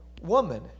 woman